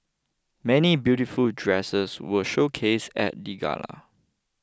many beautiful dresses were showcased at the gala